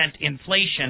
inflation